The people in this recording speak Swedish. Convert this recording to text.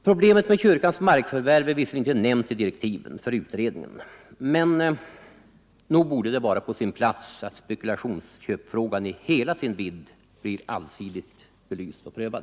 | Problemet med kyrkans markförvärv är visserligen inte nämnt i di Irektiven för utredningen, men nog borde det vara på sin plats att spekulationsköpsfrågan i hela sin vidd blir allsidigt belyst och prövad.